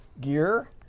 gear